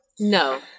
No